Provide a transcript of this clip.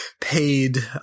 paid